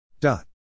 dot